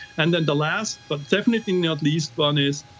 and then the last, but definitely not least one is,